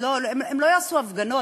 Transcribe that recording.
הם לא יעשו הפגנות,